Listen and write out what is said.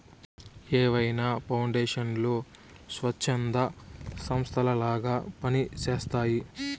ఏవైనా పౌండేషన్లు స్వచ్ఛంద సంస్థలలాగా పని చేస్తయ్యి